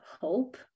hope